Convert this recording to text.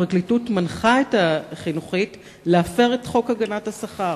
הפרקליטות מנחה את החינוכית להפר את חוק הגנת השכר,